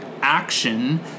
action